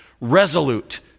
Resolute